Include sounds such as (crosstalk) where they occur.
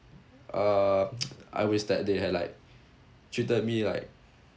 uh (noise) I wish that they had like treated me like